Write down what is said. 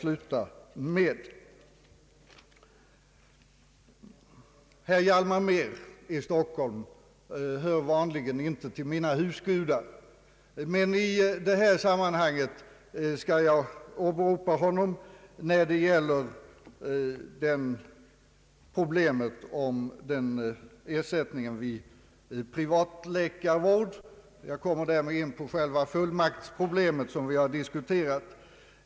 Herr Hjalmar Mehr i Stockholm hör vanligen inte till mina husgudar, men i detta sammanhang skall jag åberopa honom, nämligen vad beträffar problemet om ersättningen vid privatläkarvård. Jag kommer därmed in på det fullmaktsproblem, som vi har diskuterat.